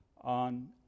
on